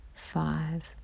five